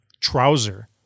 trouser